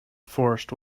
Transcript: forest